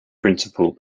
principal